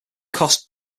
cost